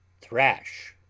thrash